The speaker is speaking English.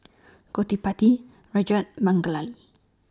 Gottipati Rajat